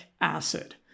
Acid